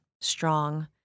strong